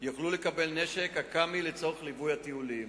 שיוכלו לקבל נשק אק"מ לצורך ליווי טיולים.